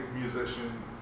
musician